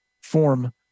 form